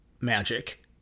magic